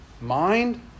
mind